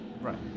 right